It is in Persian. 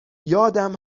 یادم